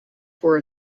for